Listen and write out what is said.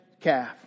calf